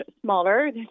smaller